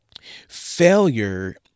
Failure